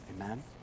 amen